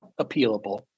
appealable